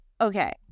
okay